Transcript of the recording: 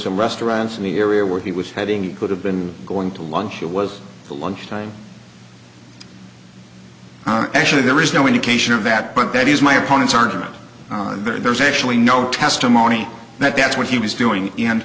some restaurants in the area where he was heading you could have been going to lunch it was the lunch time actually there is no indication of that but that is my opponent's argument there's actually no testimony that that's what he was doing and